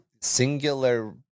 Singular